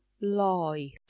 Lie